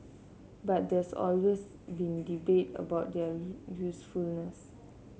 but there's always been debate about their usefulness